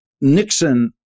Nixon